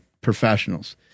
professionals